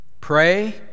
Pray